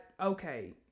Okay